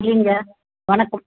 இல்லைங்க வணக்கம்